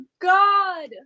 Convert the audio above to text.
God